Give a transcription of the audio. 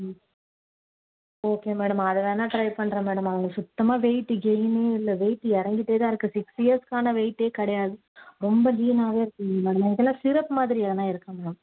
ம் okay madam அதை வேணால் ட்ரை பண்ணுறேன் மேடம் அவங்க சுத்தமாக வெயிட்டு கெயினே இல்லை வெயிட்டு இறங்கிட்டேதான் இருக்குது சிக்ஸ் இயர்ஸ்க்கான வெயிட்டே கிடையாது ரொம்ப லீனாகவே இருக்காங்க மேம் உங்கள்கிட்ட சிரப்பு மாதிரி எதனா இருக்கா மேடம்